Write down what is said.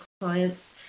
clients